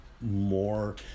More